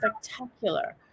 spectacular